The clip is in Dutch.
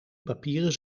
papieren